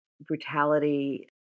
brutality